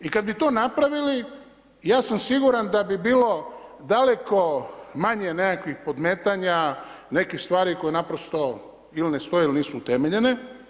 I kad bi to napravili ja sam siguran da bi bilo daleko manje nekakvih podmetanja nekih stvari koje naprosto ili ne stoje ili nisu utemeljene.